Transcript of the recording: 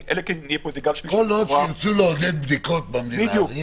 כל עוד ירצו לעודד בדיקות במדינה.